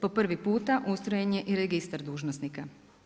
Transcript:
Po prvi puta ustrojen je i registar dužnosnika.